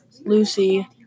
Lucy